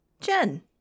Jen